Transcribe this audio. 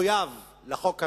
שמחויב לחוק הבין-לאומי,